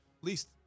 least